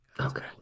Okay